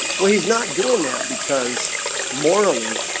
well, he's not doing that because morally,